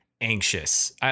anxious